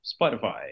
Spotify